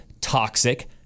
toxic